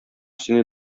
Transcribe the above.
сине